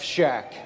Shack